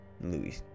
Louis